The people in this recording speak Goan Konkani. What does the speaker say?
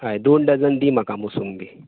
होय दोन डजन दी म्हाका मोसुंबी